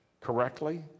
correctly